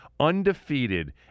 undefeated